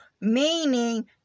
meaning